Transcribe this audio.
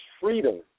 freedom